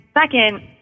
second